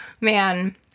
Man